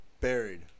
buried